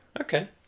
Okay